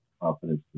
confidence